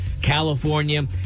California